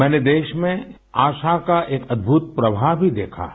मैंने देश में आशा का एक अद्भुत प्रवाह भी देखा है